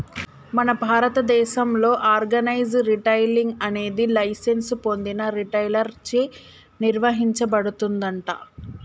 మన భారతదేసంలో organise retailing అనేది లైసెన్స్ పొందిన రిటైలర్ చే నిర్వచించబడుతుందంట